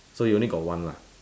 so you only got one lah